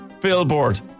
Billboard